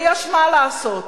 ויש מה לעשות.